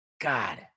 God